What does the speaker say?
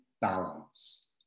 Balance